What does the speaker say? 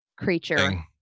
creature